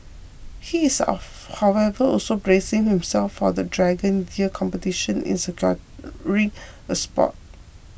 he is of however also bracing himself for the Dragon Year competition in securing a spot